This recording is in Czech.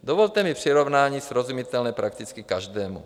Dovolte mi přirovnání srozumitelné prakticky každému.